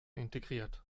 integriert